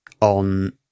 on